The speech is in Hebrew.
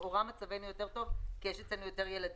לכאורה מצבנו יותר טוב כי יש אצלנו יותר ילדים,